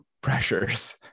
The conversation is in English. pressures